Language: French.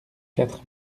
quatre